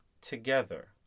together